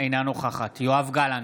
אינה נוכחת יואב גלנט,